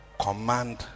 command